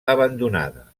abandonada